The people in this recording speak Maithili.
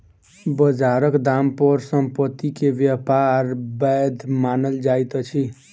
बजारक दाम पर संपत्ति के व्यापार वैध मानल जाइत अछि